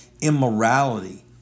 immorality